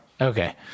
okay